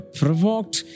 provoked